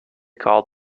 called